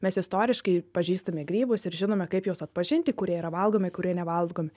mes istoriškai pažįstame grybus ir žinome kaip juos atpažinti kurie yra valgomi kurie nevalgomi